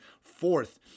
fourth